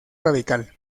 radical